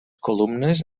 columnes